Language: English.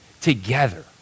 together